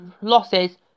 losses